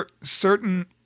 certain